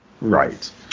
Right